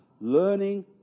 learning